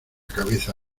cabeza